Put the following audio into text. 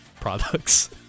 products